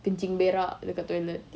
kencing berak dekat toilet